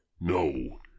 No